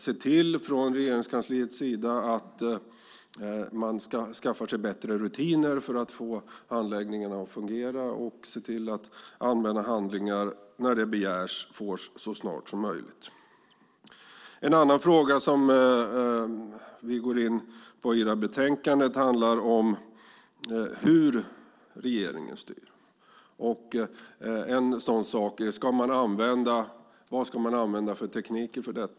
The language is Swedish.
Men Regeringskansliet bör se till att man skaffar sig bättre rutiner för att få handläggningen att fungera och att den som begär allmänna handlingar får dem så snart som möjligt. En annan fråga som vi går in på i betänkandet handlar om hur regeringen styr. Vilka tekniker ska man använda?